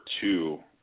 two